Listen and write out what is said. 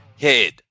head